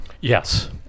Yes